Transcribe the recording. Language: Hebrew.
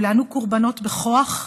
כולנו קורבנות בכוח,